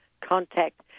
contact